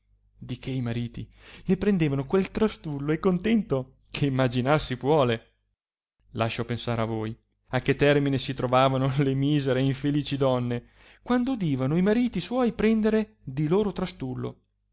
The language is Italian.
di che i mariti ne prendevano quel trastullo e contento che imaginar si puole lascio pensar a voi a che termine si trovavano le misere e infelici donne quando udivano i mariti suoi prendere di loro trastullo